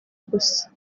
gusa